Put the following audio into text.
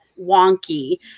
wonky